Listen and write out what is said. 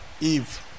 Eve